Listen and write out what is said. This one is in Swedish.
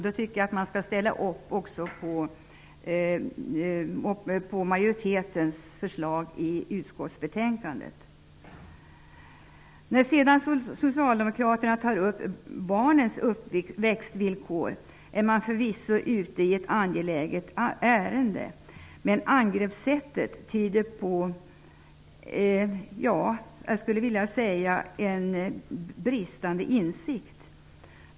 Då tycker jag att man också skall ställa upp på majoritetens förslag i utskottsbetänkandet. När Socialdemokraterna tar upp barnens uppväxtvillkor är man förvisso ute i ett angeläget ärende, men angreppssättet tyder på en bristande insikt.